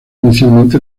inicialmente